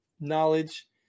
Knowledge